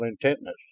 intentness